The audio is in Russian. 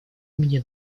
имени